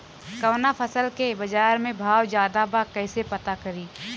कवना फसल के बाजार में भाव ज्यादा बा कैसे पता करि?